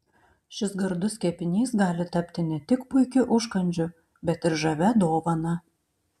šis gardus kepinys gali tapti ne tik puikiu užkandžiu bet ir žavia dovana